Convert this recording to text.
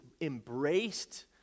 embraced